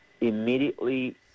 immediately